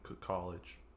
college